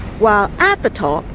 while at the top,